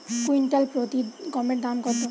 Quintal প্রতি গমের দাম কত?